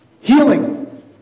Healing